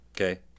okay